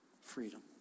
freedom